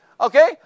Okay